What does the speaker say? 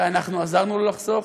ואנחנו עזרנו לו לחסוך,